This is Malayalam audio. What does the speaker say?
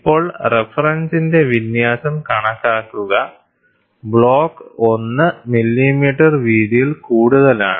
ഇപ്പോൾ റഫറൻസിന്റെ വിന്യാസം കണക്കാക്കുക ബ്ലോക്ക് 1 മില്ലിമീറ്റർ വീതിയിൽ കൂടുതലാണ്